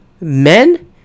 men